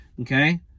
Okay